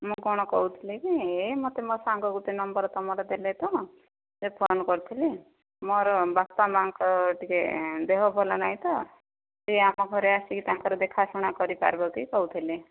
ମୁଁ କଣ କହୁଥିଲି କି ଏ ମୋତେ ମୋ ସାଙ୍ଗ ଗୋଟେ ନମ୍ବର ତମର ଦେଲେତ ସେ ଫୋନ୍ କରିଥିଲି ମୋର ବାପା ମାଆଙ୍କର ଟିକେ ଦେହ ଭଲ ନାହିଁ ତ ଟିକେ ଆମ ଘରେ ଆସିକି ତାଙ୍କର ଦେଖା ଶୁଣା କରିପାରିବା କି କହୁଥିଲି